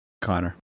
Connor